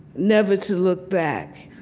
never to look back,